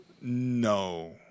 No